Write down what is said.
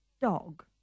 dog